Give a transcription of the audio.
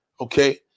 okay